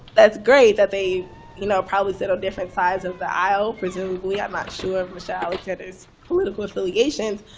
that's great that they you know probably sit on different sides of the aisle, presumably. i'm not sure michelle alexander's political affiliations.